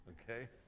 okay